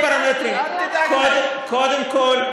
בגלל שני פרמטרים: קודם כול,